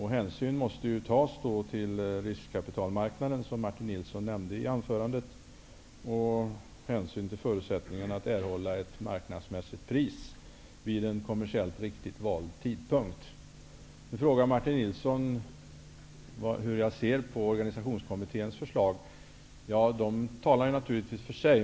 Hänsyn måste då tas till riskkapitalmarknaden, som Martin Nilsson nämnde i sitt anförande, och till förutsättningarna att erhålla ett marknadsmässigt pris vid en kommersiellt riktigt vald tidpunkt. Martin Nilsson frågade hur jag ser på Organisationskommitténs förslag. Den talar naturligtvis för sig.